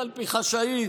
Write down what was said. קלפי חשאית,